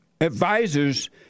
advisors